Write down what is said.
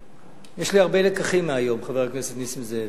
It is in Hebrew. יש לי הרבה לקחים מהיום, חבר הכנסת נסים זאב.